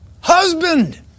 Husband